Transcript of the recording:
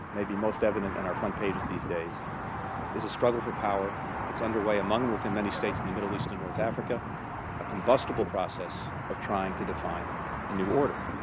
maybe most evident in our front pages these days is a struggle for power that's underway among within many states in the middle east and north africa a combustible process of trying to define a new order.